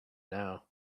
now